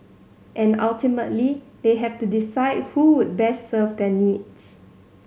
and ultimately they have to decide who would best serve their needs